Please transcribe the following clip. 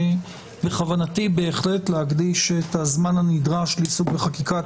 בכוונתי להקדיש את הזמן הנדרש לעיסוק בחקיקת